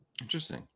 interesting